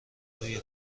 توی